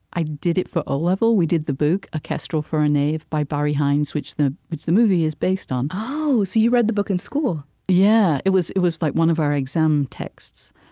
i did it for o-level. we did the book, a kestrel for a knave, by barry hines, which the which the movie is based on oh, so you read the book in school yeah, it was it was like one of our exam texts.